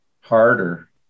harder